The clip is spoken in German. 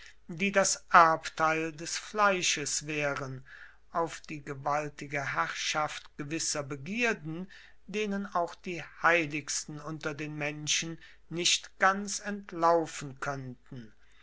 die das erbteil des fleisches wären auf die gewaltige herrschaft gewisser begierden denen auch die heiligsten unter den menschen nicht ganz entlaufen könnten